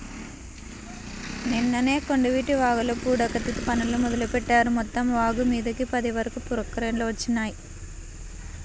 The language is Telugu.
నిన్ననే కొండవీటి వాగుల పూడికతీత పనుల్ని మొదలుబెట్టారు, మొత్తం వాగుమీదకి పది వరకు ప్రొక్లైన్లు వచ్చినియ్యి